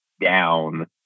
down